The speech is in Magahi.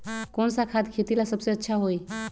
कौन सा खाद खेती ला सबसे अच्छा होई?